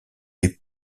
les